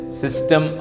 system